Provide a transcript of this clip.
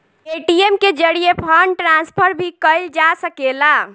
ATM के जरिये fund transfer भी कईल जा सकेला